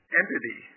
entity